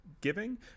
giving